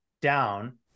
down